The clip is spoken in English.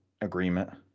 agreement